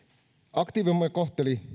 aktiivimalli kohteli